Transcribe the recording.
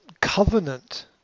covenant